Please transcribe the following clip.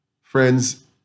friends